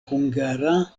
hungara